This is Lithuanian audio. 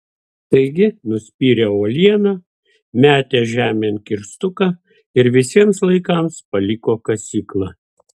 taigi nuspyrė uolieną metė žemėn kirstuką ir visiems laikams paliko kasyklą